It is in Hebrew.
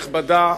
כנסת נכבדה,